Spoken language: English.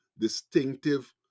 distinctive